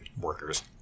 workers